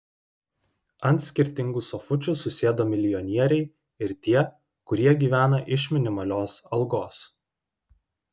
ant skirtingų sofučių susėdo milijonieriai ir tie kurie gyvena iš minimalios algos